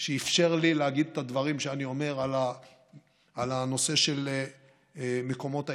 שאפשר לי להגיד את הדברים שאני אומר על הנושא של מקומות ההידבקות.